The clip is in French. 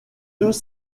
deux